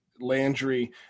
Landry